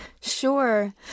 Sure